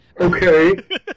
Okay